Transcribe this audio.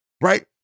right